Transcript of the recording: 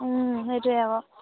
সেইটোৱে আকৌ